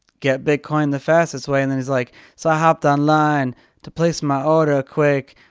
get bitcoin the fastest way. and then he's like so i hopped online to place my order quick.